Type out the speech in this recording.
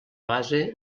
base